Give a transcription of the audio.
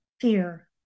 fear